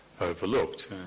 overlooked